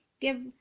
give